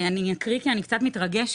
אני אקריא את הדברים כי אני קצת מתרגשת.